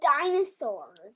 Dinosaurs